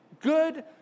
good